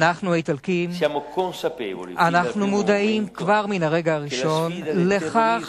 אנו האיטלקים היינו מודעים כבר מהרגע הראשון לכך